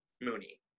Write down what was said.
Mooney